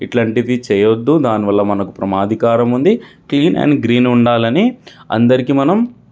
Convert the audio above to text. ఇట్లాంటివి చేయొద్దు దానివల్ల మనకు ప్రమాధకారం ఉంది క్లీన్ అండ్ గ్రీన్ ఉండాలని అందరికీ మనం